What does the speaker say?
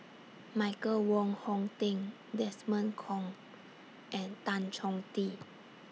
Michael Wong Hong Teng Desmond Kon and Tan Chong Tee